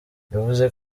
yavuze